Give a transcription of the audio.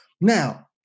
now